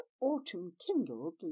autumn-kindled